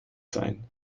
sein